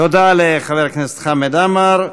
תודה לחבר הכנסת חמד עמאר.